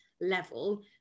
level